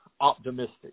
optimistic